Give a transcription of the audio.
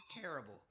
Terrible